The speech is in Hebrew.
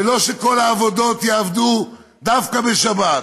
ולא שכל העבודות יהיו דווקא בשבת.